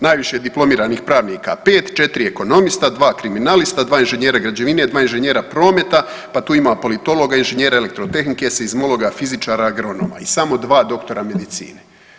Najviše je diplomiranih pravnika 5, 4 ekonomista, 2 kriminalista, 2 inženjera građevina, 2 inženjera prometa, pa tu ima politologa i inženjera elektrotehnike, seizmologa, fizičara, agronoma i samo 2 doktora medicine.